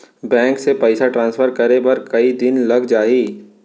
Bank से पइसा transfer करे बर कई दिन लग जाही?